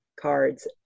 cards